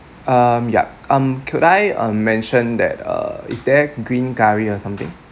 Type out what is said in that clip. um yup um could I um mention that uh is there green curry or something